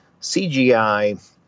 CGI